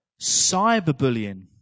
cyberbullying